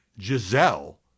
Giselle